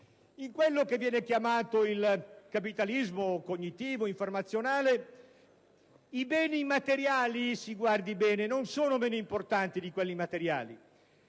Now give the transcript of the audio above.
In quello che viene chiamato il capitalismo cognitivo-informazionale, i beni immateriali - si badi bene - non sono meno importanti di quelli materiali.